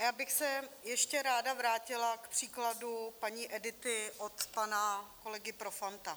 Já bych se ještě ráda vrátila k příkladu paní Edity od pana kolegy Profanta.